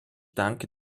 danke